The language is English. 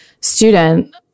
student